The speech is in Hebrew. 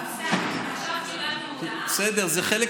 עכשיו קיבלנו הודעה, בסדר, זה חלק